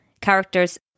Characters